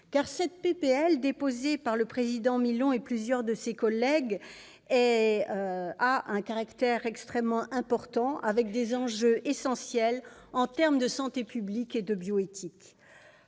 de loi déposée par le président Alain Milon et plusieurs de ses collègues a un caractère extrêmement important, avec des enjeux essentiels en termes de santé publique et de bioéthique.